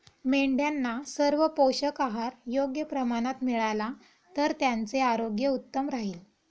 मेंढ्यांना सर्व पोषक आहार योग्य प्रमाणात मिळाला तर त्यांचे आरोग्य उत्तम राहील